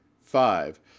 five